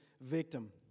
victim